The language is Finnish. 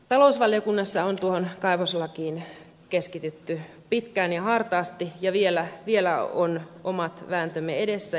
talousvaliokunnassa on tuohon kaivoslakiin keskitytty pitkään ja hartaasti ja vielä ovat omat vääntömme edessä